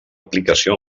aplicació